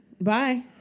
Bye